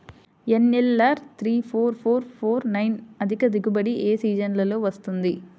NLR three four four four nine అధిక దిగుబడి ఏ సీజన్లలో వస్తుంది?